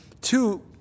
two